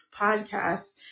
podcast